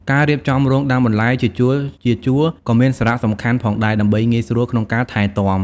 ការរៀបចំរងដាំបន្លែជាជួរៗក៏មានសារៈសំខាន់ផងដែរ ដើម្បីងាយស្រួលក្នុងការថែទាំ។